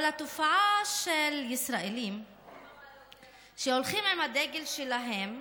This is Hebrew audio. אבל התופעה של ישראל שהולכים עם הדגל שלהם,